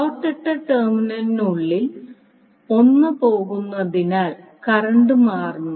dot ഇട്ട ടെർമിനലിനുള്ളിൽ 1 പോകുന്നതിനാൽ കറന്റും മാറുന്നു